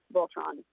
Voltron